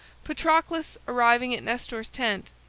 patroclus, arriving at nestor's tent,